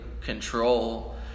control